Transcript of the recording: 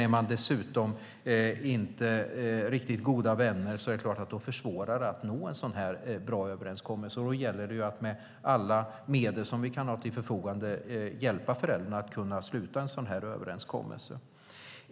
Är man dessutom inte riktigt goda vänner är det klart att det försvårar att nå en bra överenskommelse, och då gäller det att med alla medel vi kan ha till förfogande hjälpa föräldrarna att sluta en överenskommelse.